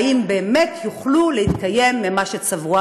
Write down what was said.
האם באמת יוכלו להתקיים ממה שצברו.